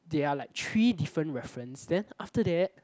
there are like three different reference then after that